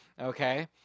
okay